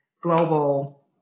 global